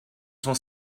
sans